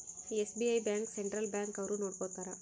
SBI bank central bank ಅವ್ರು ನೊಡ್ಕೋತರ